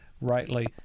rightly